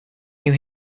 you